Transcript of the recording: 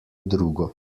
drugo